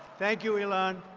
thank you, elan.